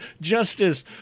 justice